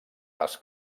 les